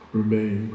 remain